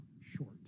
short